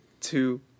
two